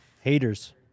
Haters